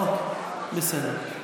אוקיי, בסדר.